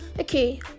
okay